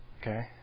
Okay